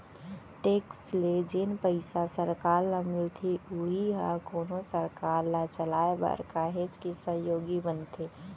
tax ले जेन पइसा सरकार ल मिलथे उही ह कोनो सरकार ल चलाय बर काहेच के सहयोगी बनथे